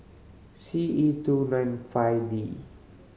C E two nine five D